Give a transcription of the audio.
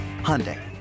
Hyundai